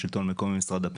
היושב-ראש.